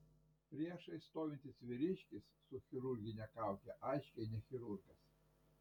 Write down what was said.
priešais stovintis vyriškis su chirurgine kauke aiškiai ne chirurgas